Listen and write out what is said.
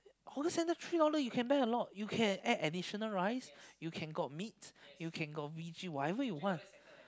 hawker center three dollar you can buy a lot you can add additional rice you can got meat you can got veggie whatever you want